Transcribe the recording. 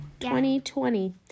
2020